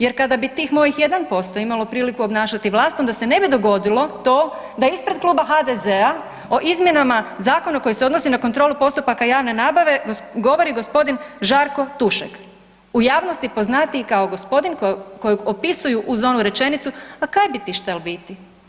Jer kad bit tih mojih 1% imalo priliku obnašati vlast, onda se ne bi dogodilo to da ispred Kluba HDZ-a o izmjenama zakona koji se odnosi na kontrolu postupaka javne nabave govori g. Žarko Tušek, u javnosti poznatiji kao gospodin kojeg opisuju uz onu rečenu „A kaj bi ti štel biti?